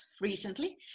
recently